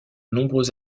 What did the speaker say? nombreux